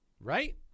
Right